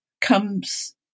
comes